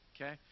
okay